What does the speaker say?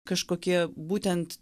kažkokie būtent